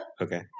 Okay